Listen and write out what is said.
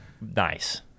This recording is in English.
Nice